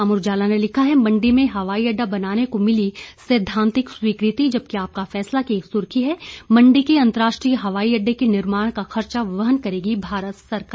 अमर उजाला ने लिखा है मंडी में हवाई अडडा बनाने को मिली सैद्धांतिक स्वीकृति जबकि आपका फैसला की सुर्खी है मंडी के अंतरराष्ट्रीय हवाई अडडे के निर्माण का खर्चा वहन करेगी भारत सरकार